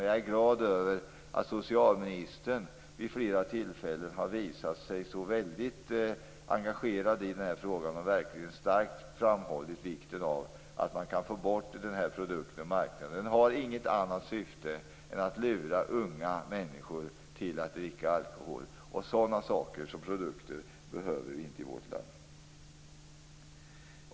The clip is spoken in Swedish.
Jag är glad över att socialministern vid flera tillfällen har visat sig så väldigt engagerad i den här frågan och verkligen starkt framhållit vikten av att man kan få bort den här produkten från marknaden. Den har inget annat syfte än att lura unga människor att dricka alkohol, och sådana produkter behöver vi inte i vårt land.